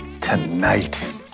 tonight